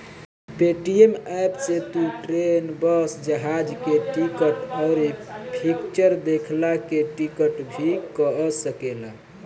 Paytm app से तू train, bus, जहाज के टिकट, अउरी फिक्चर देखला के टिकट भी कअ सकेला